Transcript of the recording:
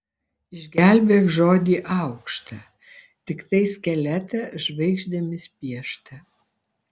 išgelbėk žodį aukštą tiktai skeletą žvaigždėmis pieštą